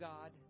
God